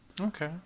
okay